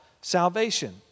salvation